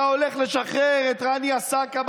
אתה הולך לשחרר את ראניה סקא,